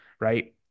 right